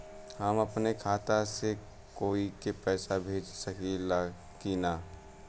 हम अपने खाता से कोई के पैसा भेज सकी ला की ना?